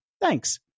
Thanks